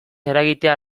eragitea